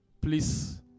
Please